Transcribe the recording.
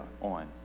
on